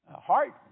heart